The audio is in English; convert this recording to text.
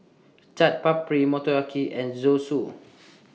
Chaat Papri Motoyaki and Zosui